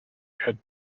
had